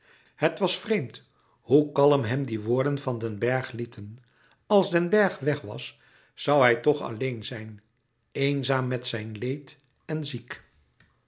het was vreemd hoe kalm hem die woorden van den bergh lieten als den bergh weg was zoû hij toch alleen zijn eenzaam met zijn leed en ziek